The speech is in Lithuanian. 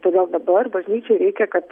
todėl dabar bažnyčiai reikia kad